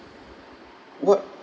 what